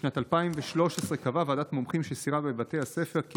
בשנת 2013 קבעה ועדת מומחים שסיירה בבתי הספר כי